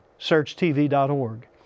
searchtv.org